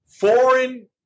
Foreign